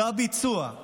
בביצוע.